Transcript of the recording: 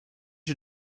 you